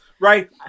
right